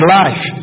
life